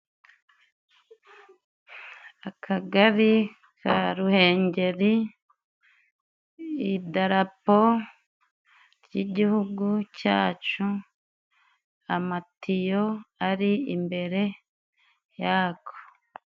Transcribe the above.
Akagari ka Ruhengeri, idarapo ry'igihugu cyacu, amatiyo ari imbere yako.